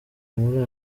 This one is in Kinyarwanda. muri